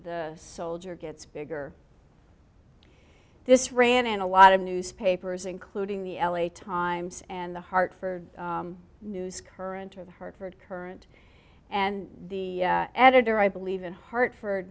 the soldier gets bigger this ran and a lot of newspapers including the l a times and the hartford news current of hartford current and the editor i believe in hartford